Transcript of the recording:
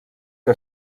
que